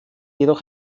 jedoch